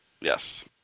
Yes